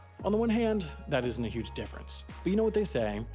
on the one hand, that isn't a huge difference, but, you know what they say,